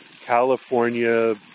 California